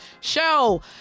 show